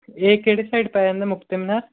ਇਹ ਕਿਹੜੇ ਸਾਈਡ ਪੈ ਜਾਂਦਾ ਮੁਕਤੇ ਮਿਨਾਰ